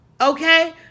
Okay